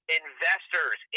investors